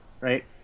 right